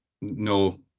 no